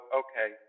okay